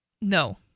no